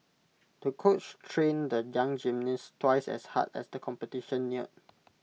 the coach trained the young gymnast twice as hard as the competition neared